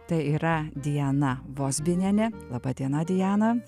tai yra diana vozbinienė laba diena diana